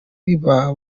riba